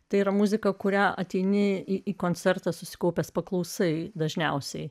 tai yra muzika kurią ateini į koncertą susikaupęs paklausai dažniausiai